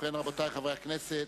רבותי חברי הכנסת.